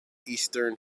eastern